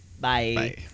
Bye